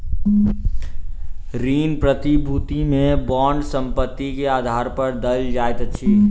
ऋण प्रतिभूति में बांड संपत्ति के आधार पर देल जाइत अछि